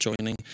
joining